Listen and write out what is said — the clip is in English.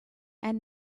and